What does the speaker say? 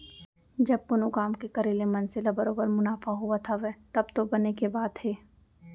जब कोनो काम के करे ले मनसे ल बरोबर मुनाफा होवत हावय तब तो बने के बात हे